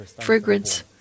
fragrance